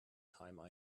time